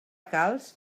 calç